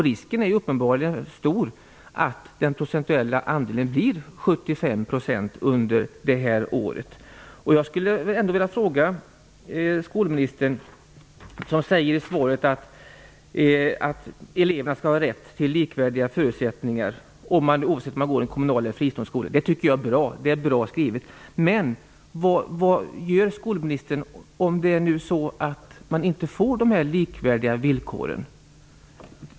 Risken är uppenbarligen stor att den procentuella andelen blir 75 % under det här året. Skolministern säger i svaret att eleverna skall ha rätt till likvärdiga förutsättningar oavsett om de går i en kommunal eller en fristående skola. Det tycker jag är bra. Det är bra skrivet. Men vad gör skolministern om de inte får dessa likvärdiga villkor?